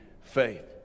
faith